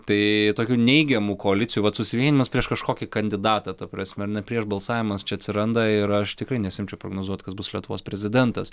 tai tokių neigiamų koalicijų vat susivienijimas prieš kažkokį kandidatą ta prasme ar ne prieš balsavimas čia atsiranda ir aš tikrai nesiimčiau prognozuot kas bus lietuvos prezidentas